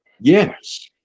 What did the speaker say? yes